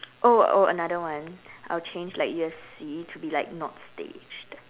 oh oh another one I'll change like U_F_C to be like not staged